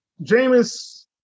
Jameis